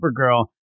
Supergirl